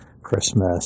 Christmas